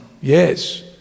yes